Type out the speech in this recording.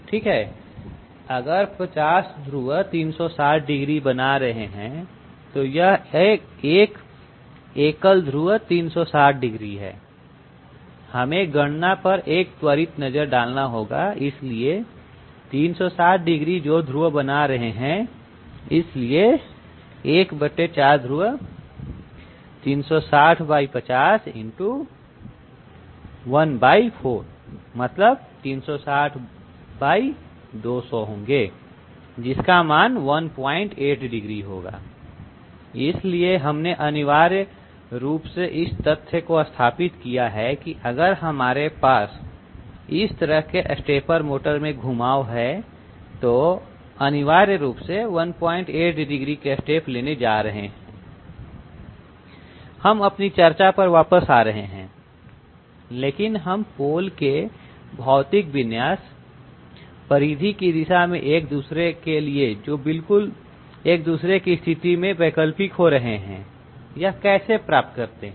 ठीक है अगर 50 ध्रुव 360 डिग्री बना रहे हैं तो यह एकल ध्रुव 360 है हमें गणना पर एक त्वरित नजर डालना होगा इसलिए 360 डिग्री जो ध्रुव बना रहे हैं इसलिए ¼ ध्रुव 36050 x ¼ 360200 होंगे जिसका मान 18 डिग्री होगा इसलिए हमने अनिवार्य रूप से इस तथ्य को स्थापित किया है कि अगर मेरे पास इस तरह के स्टेपर मोटर में घुमाव है तो हम अनिवार्य रूप से 18 डिग्री के स्टेप लेने जारहे हैं हम अपनी चर्चा पर वापस आ रहे हैं लेकिन हम पोल के भौतिक विन्यास परिधि की दिशा में एक दूसरे के लिए जो एक दूसरे की स्थिति में वैकल्पिक हो रहा है यह कैसे प्राप्त करते हैं